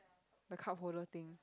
the cardholder thing